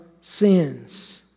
sins